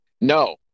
No